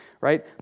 right